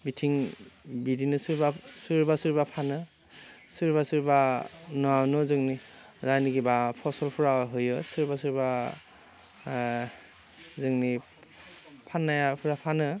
बिथिं बिदिनो सोरबा सोरबा सोरबा फानो सोरबा सोरबा न'वावनो जोंनि जायनोखि बा फसलफ्रा होयो सोरबा सोरबा जोंनि फान्नायाफोरा फानो